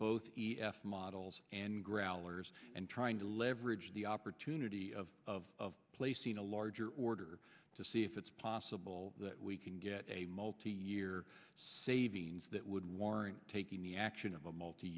both e f models and growlers and trying to leverage the opportunity of placing a larger order to see if it's possible that we can get a multi year savings that would warrant taking the action of a multi